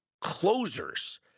closers